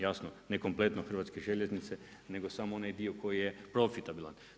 Jasno ne kompletno Hrvatske željeznice nego samo onaj dio koji je profitabilan.